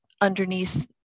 underneath